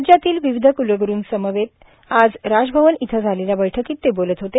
राज्यातील विविध क्लग्रुंसमवेत आज राजभवन इथं झालेल्या बैठकीत ते बोलत होते